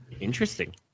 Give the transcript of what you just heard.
Interesting